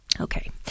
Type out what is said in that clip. Okay